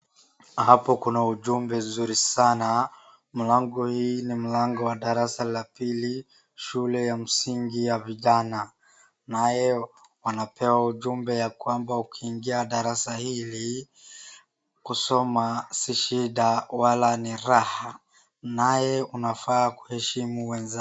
Hapa kuna ujumbe mzuri sana. Mlango huu ni mlango ya darasa la pili shule ya msingi ya vijana. Nao wanapewa ujumbe ya kwamba, ukiingia darasa hili kusoma si shida bali ni raha na unafaa kuheshimu wenzako.